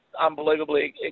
unbelievably